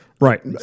Right